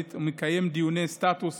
המשרדית ומקיים דיוני סטטוס